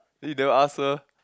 then you never ask her